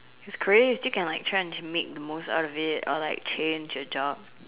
is career you can like change make the most out of it or like change your job